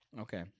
Okay